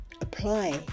apply